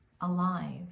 alive